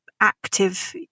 active